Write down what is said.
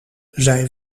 zij